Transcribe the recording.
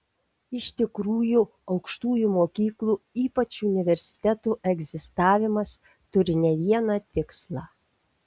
iš tikrųjų aukštųjų mokyklų ypač universitetų egzistavimas turi ne vieną tikslą